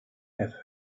have